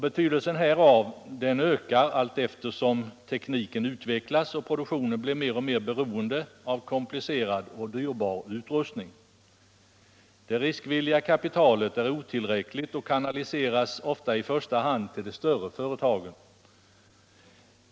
Betydelsen härav ökar allteftersom tekniken utvecklas och produktionen blir mer och mer beroende av komplicerad och dyrbar utrustning. Det riskvilliga kapitalet är otillräckligt och kanaliseras i första hand till de större företagen.